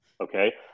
okay